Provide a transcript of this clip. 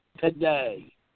today